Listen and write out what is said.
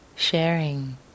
sharing